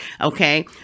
okay